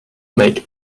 make